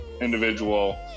individual